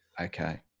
Okay